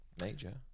major